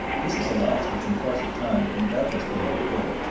this is a loss which in course of time can doubtless be made good.